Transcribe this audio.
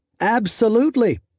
Absolutely